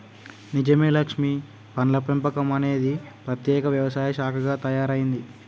నిజమే లక్ష్మీ పండ్ల పెంపకం అనేది ప్రత్యేక వ్యవసాయ శాఖగా తయారైంది